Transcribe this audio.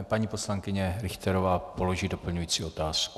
Paní poslankyně Richterová položí doplňující otázku.